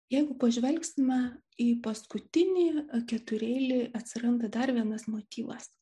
jeigu pažvelgsime į paskutinį ketureilį atsiranda dar vienas motyvas